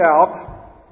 out